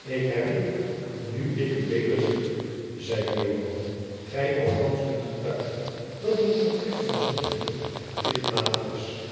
ik herleef nu ik u wederzie zeide joan gij althands kunt getuigen dat mijn vertrek van sonheuvel plichtmatig was